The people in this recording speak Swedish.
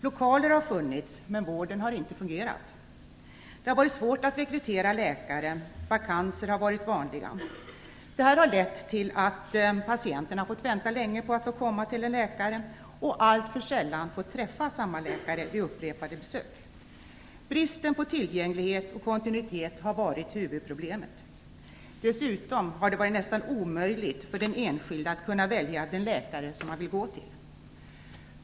Lokaler har funnits, men vården har inte fungerat. Det har varit svårt att rekrytera läkare, vakanser har varit vanliga. Detta har lett till att patienterna har fått vänta länge på att få komma till en läkare och alltför sällan fått träffa samma läkare vid upprepade besök. Bristen på tillgänglighet och kontinuitet har varit huvudproblemet. Dessutom har det varit nästan omöjligt för den enskilde att kunna välja den läkare som man vill gå till.